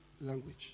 language